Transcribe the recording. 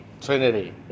Trinity